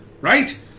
right